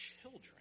children